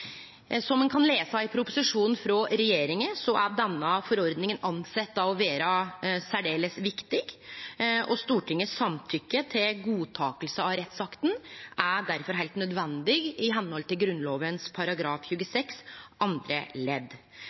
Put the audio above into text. Som ein kan lese i proposisjonen frå regjeringa, er denne forordninga å sjå på som særdeles viktig. Stortingets samtykke til godtaking av rettsakta er difor heilt nødvendig i medhald av Grunnloven § 26 andre ledd.